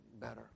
better